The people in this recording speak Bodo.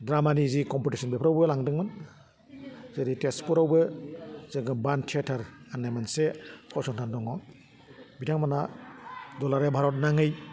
ड्रामानि जि कम्पिटिसन बेफ्रावबो लांदोंमोन जेरै तेजपुरावबो जोंखौ बान थियाटार होन्नाय मोनसे फसंथान दङ बिथांमोना दुलाराय भारत नाङै